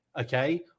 Okay